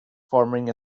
forming